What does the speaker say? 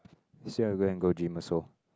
so you going to go gym also